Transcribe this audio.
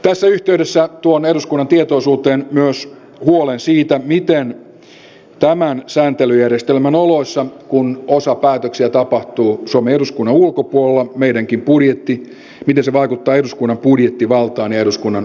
tässä yhteydessä tuon eduskunnan tietoisuuteen myös huolen siitä miten tämän sääntelyjärjestelmän oloissa kun osa päätöksistä tapahtuu suomen eduskunnan ulkopuolella se vaikuttaa eduskunnan budjettivaltaan ja eduskunnan valvontavaltaan